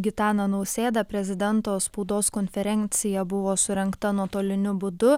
gitaną nausėdą prezidento spaudos konferencija buvo surengta nuotoliniu būdu